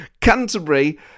Canterbury